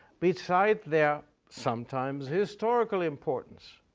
beside their sometimes historical importance,